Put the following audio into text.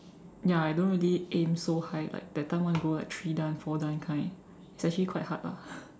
ya I don't really aim so high like that time want to go like three dan four dan kind it's actually quite hard lah